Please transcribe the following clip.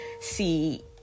see